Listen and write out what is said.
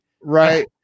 Right